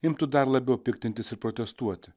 imtų dar labiau piktintis ir protestuoti